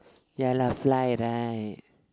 ya lah fly right